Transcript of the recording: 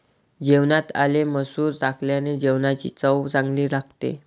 जेवणात आले मसूर टाकल्याने जेवणाची चव चांगली लागते